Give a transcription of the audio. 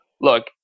look